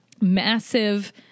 massive